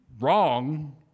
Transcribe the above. wrong